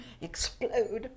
explode